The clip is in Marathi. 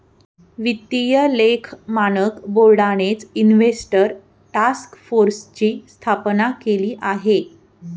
वित्तीय लेख मानक बोर्डानेच इन्व्हेस्टर टास्क फोर्सची स्थापना केलेली आहे